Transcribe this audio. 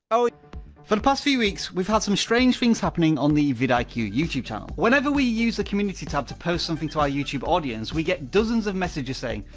oh for the past few weeks we've had some strange things happening on the vidiq youtube channel. whenever we use a community tab to post something to our youtube audience, we get dozens of messages saying,